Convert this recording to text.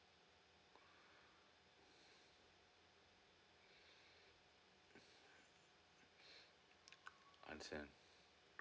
understand